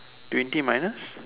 twenty minus